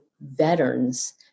veterans